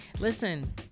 listen